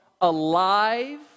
alive